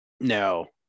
No